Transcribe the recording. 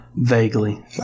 vaguely